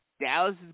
Dallas